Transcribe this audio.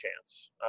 chance